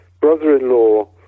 brother-in-law